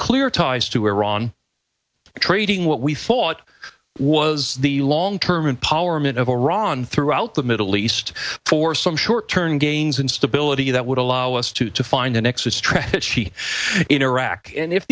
clear ties to iran trading what we thought was the long term empowerment of iran throughout the middle east for some short term gains instability that would allow us to to find an exit strategy in iraq and if